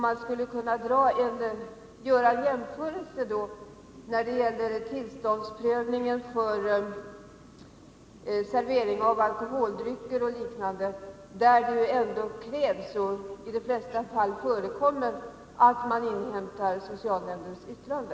Man skulle kunna jämföra med tillståndsprövning för servering av alkoholdrycker och liknande, där det ändå krävs och i de flesta fall förekommer att man inhämtar socialnämndens yttrande.